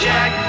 Jack